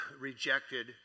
rejected